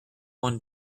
one